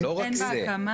לא רק זה.